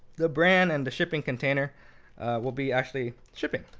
the brand, and the shipping container will be actually shipping.